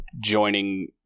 joining